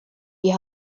die